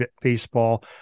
baseball